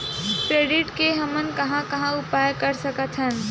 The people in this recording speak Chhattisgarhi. क्रेडिट के हमन कहां कहा उपयोग कर सकत हन?